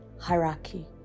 hierarchy